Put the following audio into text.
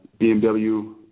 BMW